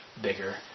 bigger